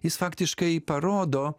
jis faktiškai parodo